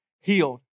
healed